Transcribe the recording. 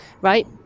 Right